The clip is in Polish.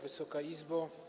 Wysoka Izbo!